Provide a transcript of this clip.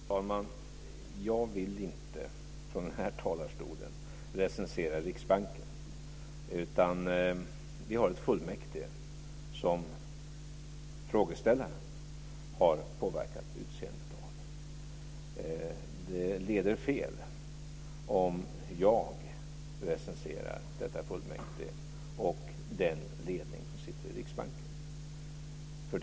Fru talman! Jag vill inte från denna talarstol recensera Riksbanken. Vi har ett fullmäktige som frågeställaren har påverkat utseendet av. Det leder fel om jag recenserar detta fullmäktige och den ledning som sitter i Riksbanken.